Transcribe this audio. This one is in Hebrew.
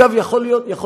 אגב, יכול להיות,